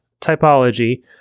typology